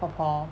婆婆